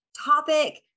topic